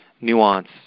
nuance